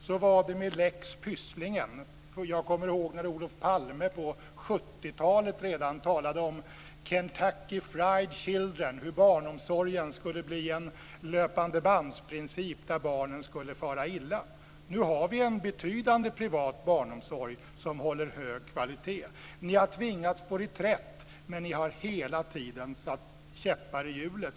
Så var det med lex Pysslingen. Jag kommer ihåg när Olof Palme redan på 70-talet talade om Kentucky fried children, och om hur barnomsorgen skulle bli en löpandeband-princip där barnen skulle fara illa. Nu har vi en betydande privat barnomsorg, som håller hög kvalitet. Ni har tvingats till reträtt, men ni har hela tiden satt käppar i hjulet.